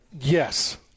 yes